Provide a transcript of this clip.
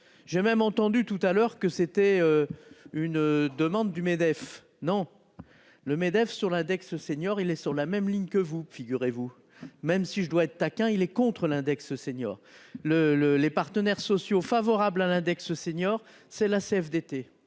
J'ai même entendu tout à l'heure que c'était. Une demande du MEDEF. Non. Le MEDEF sur l'index senior, il est sur la même ligne que vous figurez-vous, même si je dois être taquin, il est contre l'index senior le le les partenaires sociaux favorables à l'index senior. C'est la CFDT